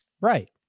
right